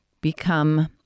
become